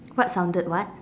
what sounded what